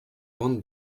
bande